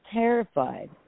terrified